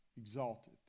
exalted